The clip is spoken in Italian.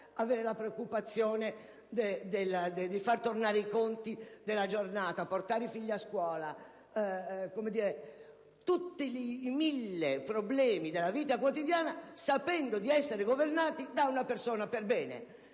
avere la preoccupazione di far tornare i conti della giornata, portare i figli a scuola, affrontare tutti i mille problemi della vita quotidiana, sapendo di essere governati da una persona per bene,